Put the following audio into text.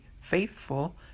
faithful